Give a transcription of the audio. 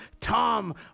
Tom